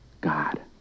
God